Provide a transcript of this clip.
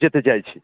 যেতে চাইছি